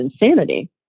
insanity